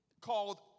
called